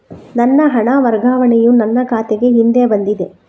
ನನ್ನ ಹಣ ವರ್ಗಾವಣೆಯು ನನ್ನ ಖಾತೆಗೆ ಹಿಂದೆ ಬಂದಿದೆ